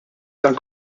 dan